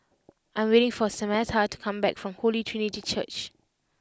I am waiting for Samatha to come back from Holy Trinity Church